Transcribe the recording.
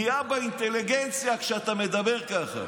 פגיעה באינטליגנציה כשאתה מדבר ככה.